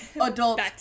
adults